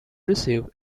receive